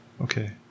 Okay